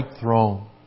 throne